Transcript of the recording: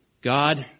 God